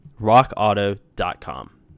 rockauto.com